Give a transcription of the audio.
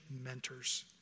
mentors